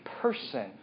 person